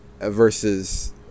versus